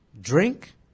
drink